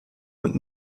und